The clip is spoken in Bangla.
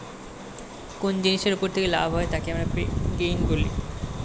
কোন জিনিসের ওপর যেই লাভ হয় তাকে আমরা গেইন বলি